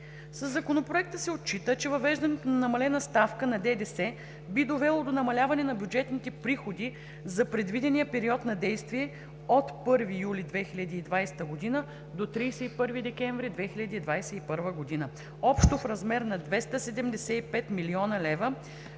Със Законопроекта се отчита, че въвеждането на намалена ставка на ДДС би довело до намаляване на бюджетните приходи за предвидения период на действие 1 юли 2020 г. – 31 декември 2021 г. общо в размер на 275 млн. лв.,